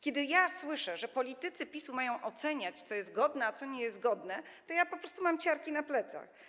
Kiedy ja słyszę, że politycy PiS-u mają oceniać, co jest godne, a co nie jest godne, to ja po prostu mam ciarki na plecach.